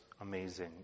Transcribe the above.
Amazing